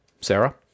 Sarah